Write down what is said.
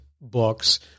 books